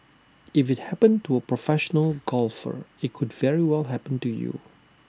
if IT happened to A professional golfer IT could very well happen to you